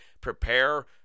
prepare